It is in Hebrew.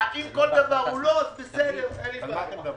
אם כל דבר הוא לא אין בעיה.